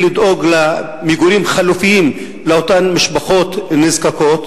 לדאוג למגורים חלופיים לאותן משפחות נזקקות,